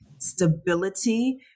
stability